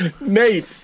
Nate